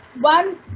one